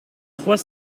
trois